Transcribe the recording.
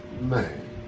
Man